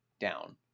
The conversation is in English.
down